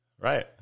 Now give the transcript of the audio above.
right